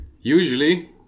Usually